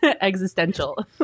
existential